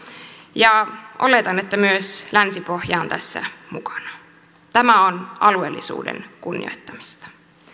ja oletan että myös länsipohja on tässä mukana tämä on alueellisuuden kunnioittamista